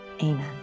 amen